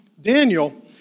Daniel